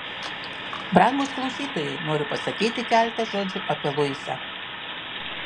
brangūs klausytojai noriu pasakyti keletą žodžių apie luisą